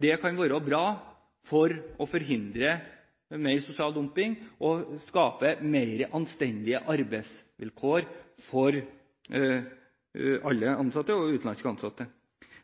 det kan være bra for å forhindre mer sosial dumping og skape mer anstendige arbeidsvilkår for alle ansatte, også utenlandske ansatte.